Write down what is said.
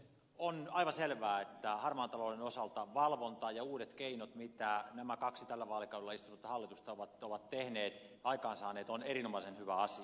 on aivan selvää että harmaan talouden osalta valvonta ja uudet keinot mitä nämä kaksi tällä vaalikaudella istunutta hallitusta ovat tehneet aikaansaaneet ovat erinomaisen hyvä asia